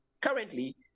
Currently